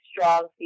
strong